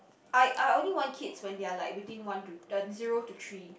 I I only want kids when they are like between one to ten zero to three